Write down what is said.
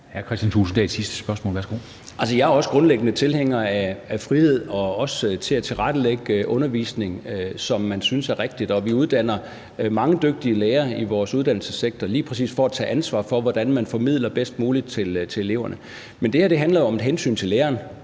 Jeg er også grundlæggende tilhænger af frihed og også af at tilrettelægge undervisningen, som man synes er rigtigt, og vi uddanner mange dygtige lærere i vores uddannelsessektor lige præcis for at tage ansvar for, hvordan man formidler bedst muligt til eleverne. Men det her handler jo i virkeligheden